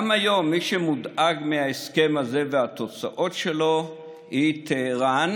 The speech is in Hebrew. גם היום מי שמודאג מההסכם הזה ומהתוצאות שלו היא טהרן,